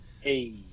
Hey